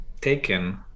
taken